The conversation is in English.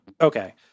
Okay